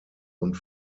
und